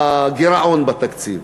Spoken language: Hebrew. הגירעון בתקציב.